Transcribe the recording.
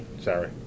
Sorry